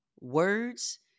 words